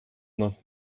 not